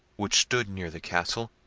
which stood near the castle,